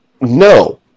No